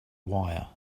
wire